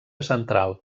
central